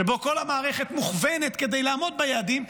שבו כל המערכת מוכוונת כדי לעמוד ביעדים,